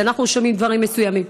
כי אנחנו שומעים דברים מסוימים,